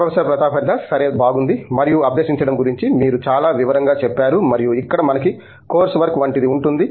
professor Pratap Haridas సరే బాగుంది మరియు అభ్యసించడం గురించి మీరు చాలా వివరంగా చెప్పారు మరియు ఇక్కడ మనకి కోర్సు వర్క్ వంటిది ఉంటుంది